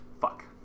Fuck